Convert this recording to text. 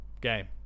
game